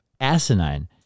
asinine